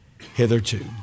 hitherto